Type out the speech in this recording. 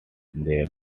their